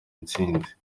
intsinzi